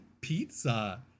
pizza